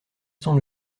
sans